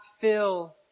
fill